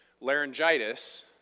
laryngitis